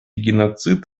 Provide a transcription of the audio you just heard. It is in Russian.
геноцид